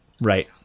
right